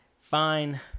Fine